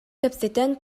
кэпсэтэн